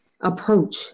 approach